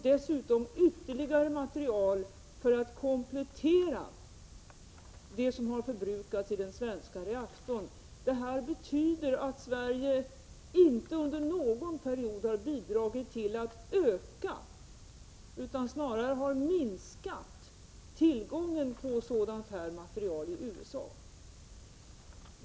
Dessutom har vi köpt ytterligare material för att komplettera det som har förbrukats i den svenska reaktorn. Det betyder att Sverige inte under någon period har bidragit till att öka, utan snarare har minskat, tillgången på sådant här material i USA.